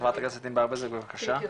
חברת הכנסת ענבר בזק בבקשה.